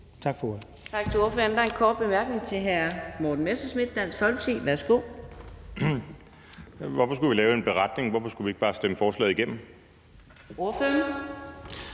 Tak for ordet.